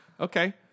Okay